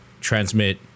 transmit